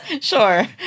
sure